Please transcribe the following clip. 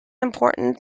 important